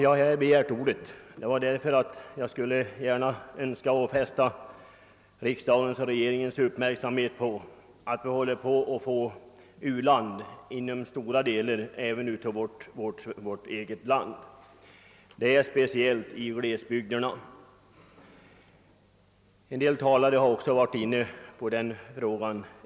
Jag har begärt ordet för att jag önskar fästa riksdagens och regeringens uppmärksamhet på att vi håller på att få u-land även inom stora delar av vårt eget land, speciellt i glesbygderna. En del av talarna har delvis redan varit inne på den frågan.